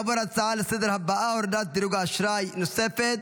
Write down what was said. נעבור להצעה לסדר-היום הבאה: הורדת דירוג אשראי נוספת.